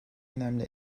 önemli